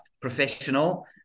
professional